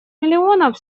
миллионов